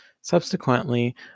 subsequently